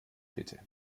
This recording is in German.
bitte